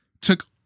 took